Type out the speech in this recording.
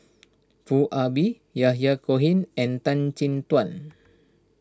Foo Ah Bee Yahya Cohen and Tan Chin Tuan